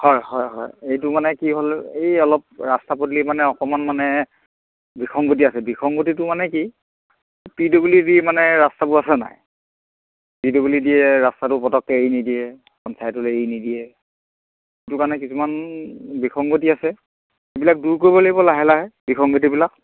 হয় হয় হয় এইটো মানে কি হ'ল এই অলপ ৰাস্তা পদূলি মানে অকণমান মানে বিসংগতি আছে বিসংগতিটো মানে কি পি ডাব্লিউ ডি মানে ৰাস্তাবোৰ আছে নাই পি ডাব্লিউ ডি য়ে ৰাস্তাটো পটককৈ এৰি নিদিয়ে পঞ্চায়তলৈ এৰি নিদিয়ে সেইটো কাৰণে কিছুমান বিসংগতি আছে এইবিলাক দূৰ কৰিব লাগিব লাহে লাহে বিসংগতিবিলাক